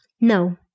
no